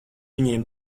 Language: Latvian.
viņiem